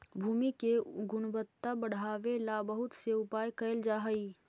भूमि के गुणवत्ता बढ़ावे ला बहुत से उपाय कैल जा हई